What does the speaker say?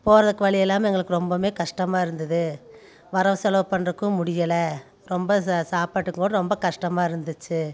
போறதுக்கு வழி இல்லாமல் எங்களுக்கு ரொம்பவும் கஷ்டமாக இருந்தது வரவு செலவு பண்ணுறதுக்கும் முடியலை ரொம்ப சாப்பாட்டுக்கு கூட ரொம்ப கஷ்டமாக இருந்துச்சு